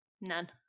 None